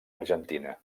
argentina